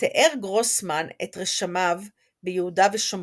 תיאר גרוסמן את רשמיו ביהודה ושומרון,